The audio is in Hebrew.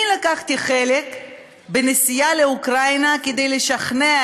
אני לקחתי חלק בנסיעה לאוקראינה כדי לשכנע